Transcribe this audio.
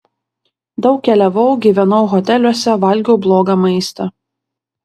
daug keliavau gyvenau hoteliuose valgiau blogą maistą